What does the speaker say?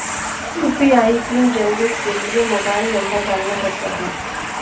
UPI PIN generate के लिए mobile number डालना होता है